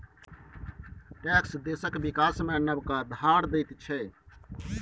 tax देशक बिकास मे नबका धार दैत छै